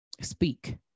speak